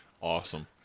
Awesome